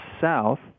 south